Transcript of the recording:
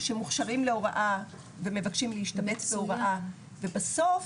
שמוכשרים להוראה ומבקשים להשתבץ להוראה, ובסוף